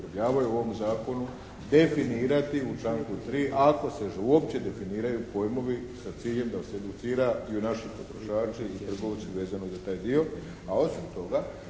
u ovom zakonu definirati u članku 3. ako se uopće definiraju pojmovi sa ciljem da se educiraju naši potrošači i trgovci vezano za taj dio. A osim toga